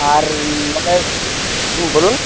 আর মানে হুম বলুন